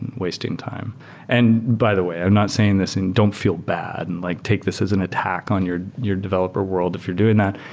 and wasting time and by the way, i'm not saying this and don't feel bad. and like take this as an attack on your your developer world if you're doing that.